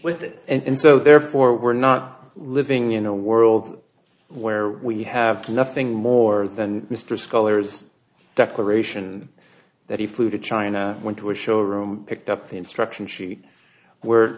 with it and so therefore we're not living in a world where we have nothing more than mr scullers declaration that he flew to china went to a showroom picked up the instruction sheet we're